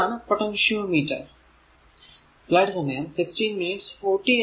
ഇതാണ് പൊട്ടൻഷിയോ മീറ്റർ